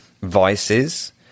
vices